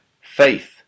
faith